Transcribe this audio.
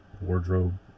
wardrobe